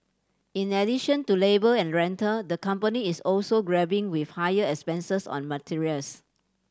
in addition to labour and rental the company is also grappling with higher expenses on materials